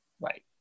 Right